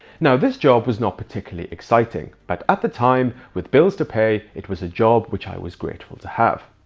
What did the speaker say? now this job was not particularly exciting, but at the time with bills to pay, it was a job which i was grateful to have.